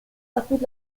apud